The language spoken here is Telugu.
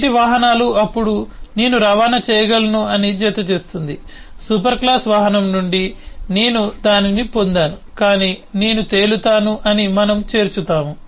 నీటి వాహనాలు అప్పుడు నేను రవాణా చేయగలను అని జతచేస్తుంది సూపర్ క్లాస్ వాహనం నుండి నేను దానిని పొందాను కాని నేను తేలుతాను అని మనము చేర్చుతాము